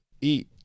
eat